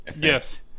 Yes